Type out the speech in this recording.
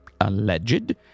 alleged